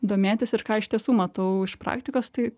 domėtis ir ką iš tiesų matau iš praktikos tai